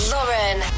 Lauren